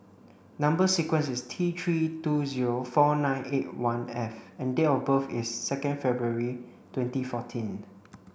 number sequence is T three two zero four nine eight one F and date of birth is second February twenty fourteen